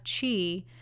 chi